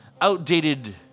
outdated